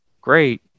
great